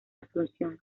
asunción